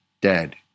dead